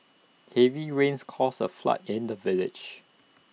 heavy rains caused A flood in the village